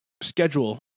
schedule